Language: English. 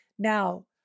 Now